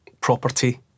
property